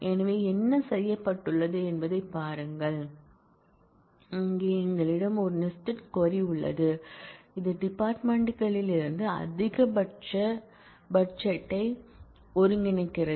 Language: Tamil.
எனவே என்ன செய்யப்பட்டுள்ளது என்பதைப் பாருங்கள் இங்கே எங்களிடம் ஒரு நெஸ்டட் க்வரி உள்ளது இது டிபார்ட்மென்ட் களிலிருந்து அதிகபட்ச பட்ஜெட்டை ஒருங்கிணைக்கிறது